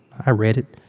i read it.